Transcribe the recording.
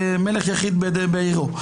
מלך יחיד בעירו,